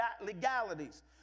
legalities